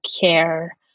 care